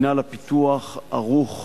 מינהל הפיתוח ערוך